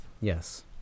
Yes